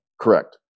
Correct